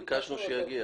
ביקשנו שיגיע.